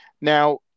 Now